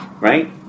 right